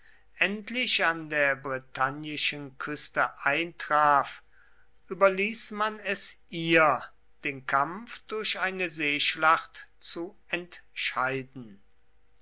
endlich an der bretagnischen küste eintraf überließ man es ihr den kampf durch eine seeschlacht zu entscheiden